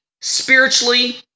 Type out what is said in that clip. spiritually